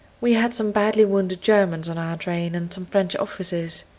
we had some badly wounded germans on our train and some french officers.